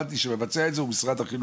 הרלוונטי שמבצע את זה הוא משרד החינוך